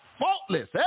faultless